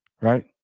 Right